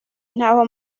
ntaho